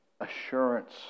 assurance